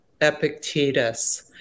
Epictetus